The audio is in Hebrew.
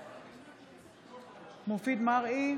בהצבעה מופיד מרעי,